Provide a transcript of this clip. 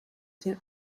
dem